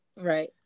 right